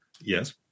Yes